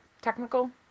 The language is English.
technical